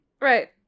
Right